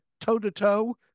toe-to-toe